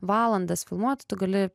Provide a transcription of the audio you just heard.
valandas filmuot tu gali